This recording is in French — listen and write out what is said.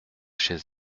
chez